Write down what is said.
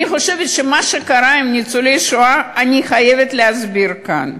אני חושבת שאת מה שקרה עם ניצולי השואה אני חייבת להסביר כאן,